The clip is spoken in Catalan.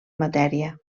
matèria